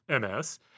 MS